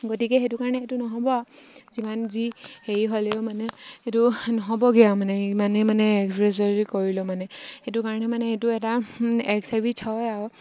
গতিকে সেইটো কাৰণে এইটো নহ'ব যিমান যি হেৰি হ'লেও মানে এইটো নহ'বগে আৰু মানে ইমানে মানে এভ্ৰেজ কৰিলেও মানে সেইটো কাৰণে মানে এইটো এটা এক্সাৰভিট হয় আৰু